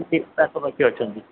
କେତେ ପାଖାପାଖି ଅଛନ୍ତି